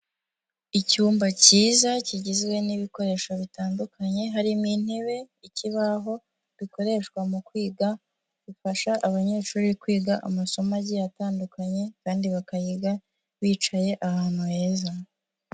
Icyumba cyiza kigizwe n'ibikoresho bitandukanye, harimo intebe, ikibaho bikoreshwa mu kwiga, bifasha abanyeshuri kwiga amasomo agiye atandukanye kandi bakayiga bicaye ahantu heza.